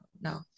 no